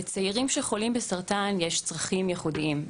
לצעירים שחולים בסרטן יש צרכים ייחודיים,